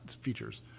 features